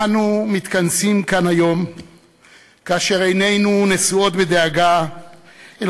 אנו מתכנסים כאן היום כאשר עינינו נשואות בדאגה אל